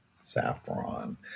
saffron